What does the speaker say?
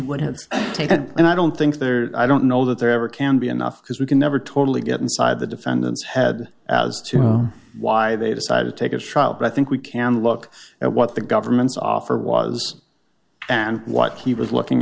taken and i don't think there's i don't know that there ever can be enough because we can never totally get inside the defendant's head as to why they decided to take a shot but i think we can look at what the government's offer was and what he was looking